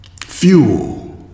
fuel